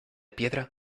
piedra